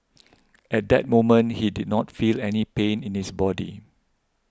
at that moment he did not feel any pain in his body